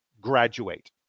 graduate